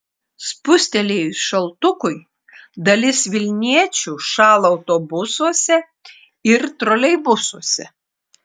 spustelėjus šaltukui dalis vilniečių šąla autobusuose ir troleibusuose